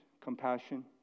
compassion